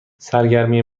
سرگرمی